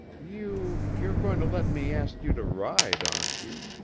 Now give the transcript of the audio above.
you you're goin' to let me ask you to ride, aren't you?